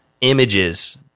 images